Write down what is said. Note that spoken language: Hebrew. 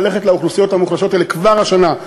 ללכת לאוכלוסיות המוחלשות האלה כבר השנה,